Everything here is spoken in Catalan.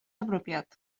apropiat